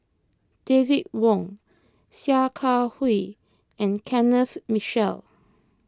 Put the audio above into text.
David Wong Sia Kah Hui and Kenneth Mitchell